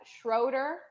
Schroeder